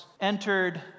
entered